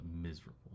miserable